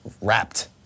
wrapped